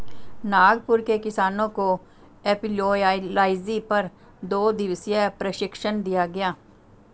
नागपुर के किसानों को एपियोलॉजी पर दो दिवसीय प्रशिक्षण दिया गया